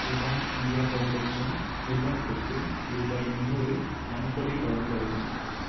Udaan India Foundation நிறுவனத்துக்கு ரூபாய் முந்நூறு நன்கொடை வழங்கவும்